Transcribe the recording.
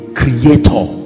creator